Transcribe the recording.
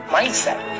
Mindset